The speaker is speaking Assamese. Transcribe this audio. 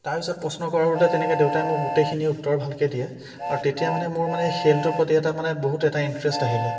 তাৰ পিছত প্ৰশ্ন কৰোঁতে তেনেকৈ দেউতাই মোক গোটেইখিনিয়ে উত্তৰ ভালকৈ দিয়ে আৰু তেতিয়া মানে মোৰ মানে খেলটোৰ প্ৰতি এটা মানে বহুত এটা ইন্টাৰেষ্ট আহিলে